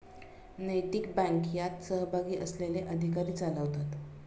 नैतिक बँक यात सहभागी असलेले अधिकारी चालवतात